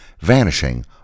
vanishing